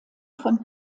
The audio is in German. von